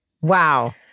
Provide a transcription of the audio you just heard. Wow